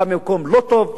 בא ממקום לא טוב,